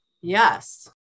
Yes